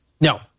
No